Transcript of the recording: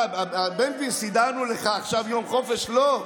בן גביר, סידרנו לך עכשיו יום חופש, לא,